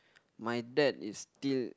my dad is still